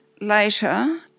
later